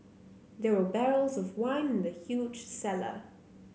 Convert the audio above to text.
there were barrels of wine in the huge cellar